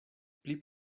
pli